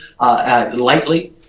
lightly